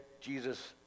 Jesus